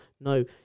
No